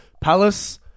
Palace